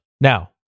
Now